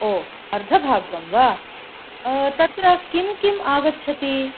ओ अर्धभागं वा तत्र किं किम् आगच्छति